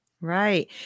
Right